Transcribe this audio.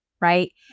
right